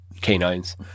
canines